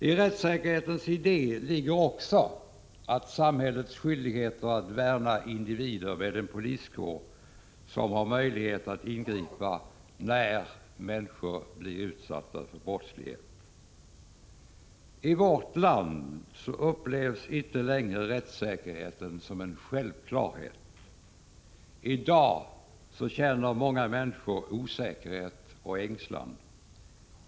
Trättssäkerhetens idé ligger också samhällets skyldighet att värna individer med en poliskår som har möjlighet att ingripa när människor blir utsatta för brottslighet. Häri Sverige upplevs inte längre rättssäkerheten som en självklarhet. I dag känner många människor osäkerhet och ängslan.